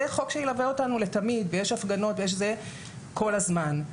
זה חוק שילווה אותנו לתמיד והפגנות יש כל הזמן.